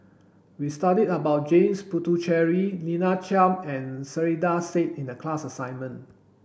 we studied about James Puthucheary Lina Chiam and Saiedah Said in the class assignment